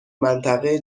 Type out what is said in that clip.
منطقه